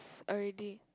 already